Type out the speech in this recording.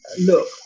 look